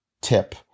tip